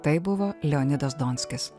tai buvo leonidas donskis